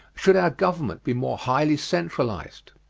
should our government be more highly centralized?